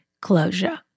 closure